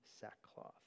sackcloth